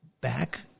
back